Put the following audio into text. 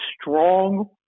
strong